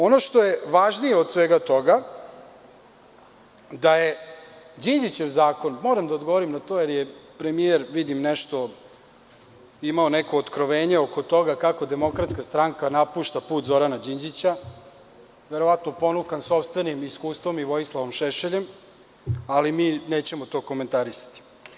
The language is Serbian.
Ono što je važnije od svega toga jeste da je Đinđićev zakon, moram da odgovorim na to jer vidim da je premijer imao neko otkrovenje oko toga kako DS napušta put Zorana Đinđića, verovatno ponukan sopstvenim iskustvom i Vojislavom Šešeljem, ali mi nećemo to komentarisati.